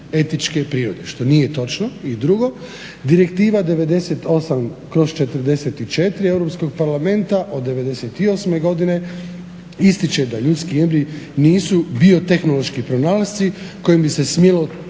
etičke prirode" što nije točno. I drugo. "Direktiva 98/44 Europskog parlamenta od '98.godine ističe da ljudski embrij nisu biotehnološki pronalasci kojim bi se smjelo trgovati